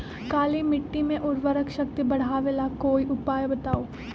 काली मिट्टी में उर्वरक शक्ति बढ़ावे ला कोई उपाय बताउ?